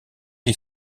des